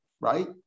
right